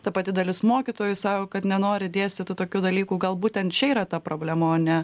ta pati dalis mokytojų sako kad nenori dėstyt tų tokių dalykų gal būtent čia yra ta problema o ne